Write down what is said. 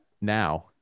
now